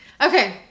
Okay